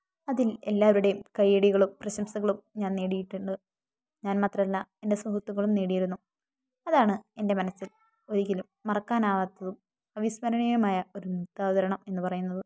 അതിൽ എല്ലാവരുടെയും കൈയ്യടികളും പ്രശംസകളും ഞാൻ നേടിയിട്ടുണ്ട് ഞാൻ മാത്രമല്ല എൻ്റെ സുഹൃത്തുക്കളും നേടിയിരുന്നു അതാണ് എൻ്റെ മനസ്സിൽ ഒരിക്കലും മറക്കാൻ ആവാത്തതും അവിസ്മരണീയമായ ഒരു ന്യത്താവതരണം എന്നു പറയുന്നത്